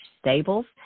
Stables